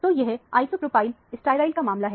तो यह isopropyl styryl का मामला है